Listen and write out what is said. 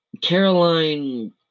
Caroline